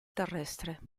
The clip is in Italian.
terrestre